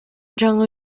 жаңы